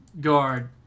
guard